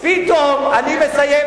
פתאום, משה,